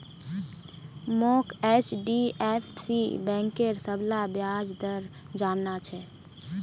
मोक एचडीएफसी बैंकेर सबला ब्याज दर जानना छ